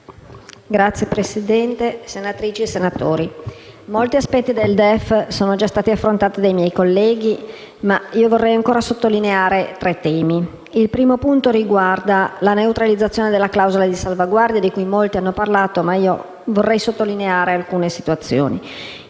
Signor Presidente, senatrici e senatori, molti aspetti del DEF sono già stati affrontati dai miei colleghi, ma vorrei ancora sottolineare tre temi, il primo dei quali riguarda la neutralizzazione della clausola di salvaguardia, di cui molti hanno parlato, ed in merito alla quale desidero